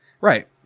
right